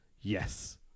Yes